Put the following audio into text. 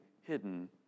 hidden